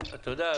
אתה יודע,